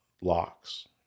locks